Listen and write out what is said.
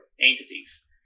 entities